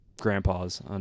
grandpas